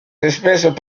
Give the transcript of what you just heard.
espèces